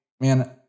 man